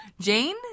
Jane